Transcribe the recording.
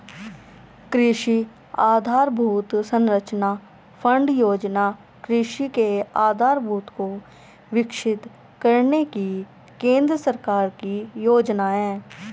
कृषि आधरभूत संरचना फण्ड योजना कृषि के आधारभूत को विकसित करने की केंद्र सरकार की योजना है